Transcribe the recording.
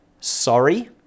sorry